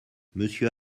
monsieur